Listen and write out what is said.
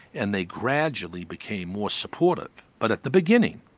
and they gradually became more supportive. but at the beginning,